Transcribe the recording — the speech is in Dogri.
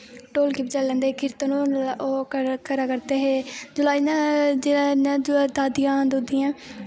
ढोलकी बजाई लैंदे हे कीरतन मतलब ओह् करा करदे हे जिसलै इ'यां दादियां दूदियां